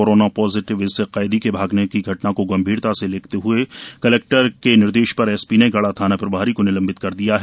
corona positive इस कैदी के भागने पर घटना को गम्भीरता से लेते हुए कलेक्टर के निर्देश पर एसपी ने गढ़ा थाना प्रभारी को निलंबित कर दिया है